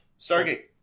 Stargate